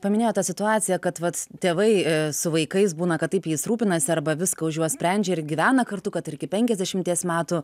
paminėjot tą situaciją kad vat tėvai su vaikais būna kad taip jais rūpinasi arba viską už juos sprendžia ir gyvena kartu kad ir iki penkiasdešimties metų